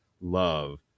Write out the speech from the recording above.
love